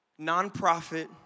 nonprofit